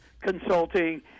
consulting